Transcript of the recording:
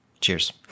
Cheers